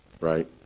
Right